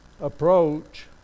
approach